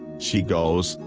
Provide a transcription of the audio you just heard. she goes,